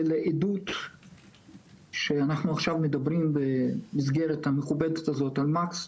לעדות שאנחנו עכשיו מדברים במסגרת המכובדת הזו על מקס,